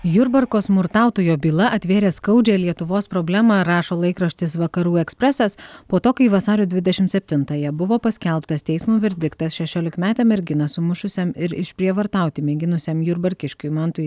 jurbarko smurtautojo byla atvėrė skaudžią lietuvos problemą rašo laikraštis vakarų ekspresas po to kai vasario dvidešim septintąją buvo paskelbtas teismo verdiktas šešiolikmetę merginą sumušusiam ir išprievartauti mėginusiam jurbarkiškiui mantui